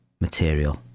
material